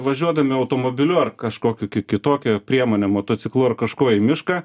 važiuodami automobiliu ar kažkokiu ki kitokia priemone motociklu ar kažkuo į mišką